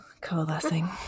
Coalescing